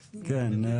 כן.